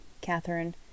Catherine